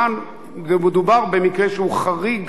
כאן מדובר במקרה שהוא חריג,